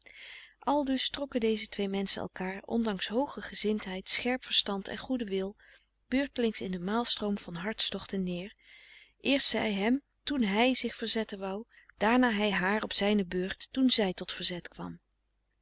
aldus trokken deze twee menschen elkaar ondanks hooge gezindheid scherp verstand en goeden wil beurtelings in den maalstroom van hartstochten neer eerst zij hem toen hij zich verzetten wou daarna hij haar op zijne beurt toen zij tot verzet kwam